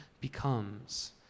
becomes